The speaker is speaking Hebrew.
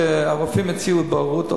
כשהרופאים הציעו בוררות,